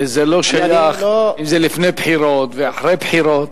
וזה לא שייך אם זה לפני בחירות או אחרי בחירות.